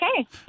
Okay